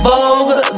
Vogue